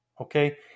okay